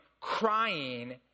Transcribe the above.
crying